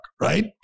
right